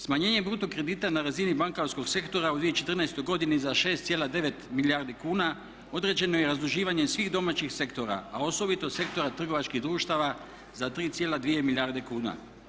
Smanjenjem bruto kredita na razini bankarskog sektora u 2014. godini za 6,9 milijardi kuna određeno je razduživanje svih domaćih sektora a osobito sektora trgovačkih društava za 3,2 milijarde kuna.